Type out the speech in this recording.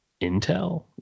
intel